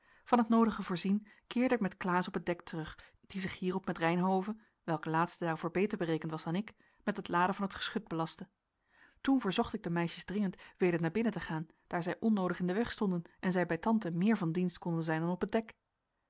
van het noodige voorzien keerde ik met klaas op het dek terug die zich hierop met reynhove welke laatste daarvoor beter berekend was dan ik met het laden van het geschut belastte toen verzocht ik de meisjes dringend weder naar binnen te gaan daar zij onnoodig in den weg stonden en zij bij tante meer van dienst konden zijn dan op het dek